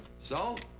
so. oh,